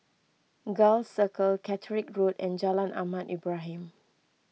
Gul Circle Catterick Road and Jalan Ahmad Ibrahim